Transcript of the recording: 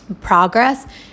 progress